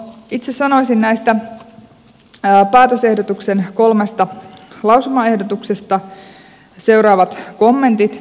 itse sanoisin näistä päätösehdotuksen kolmesta lausumaehdotuksesta seuraavat kommentit